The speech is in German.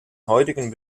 heutigen